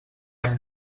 amb